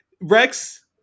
Rex